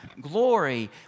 glory